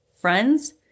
friends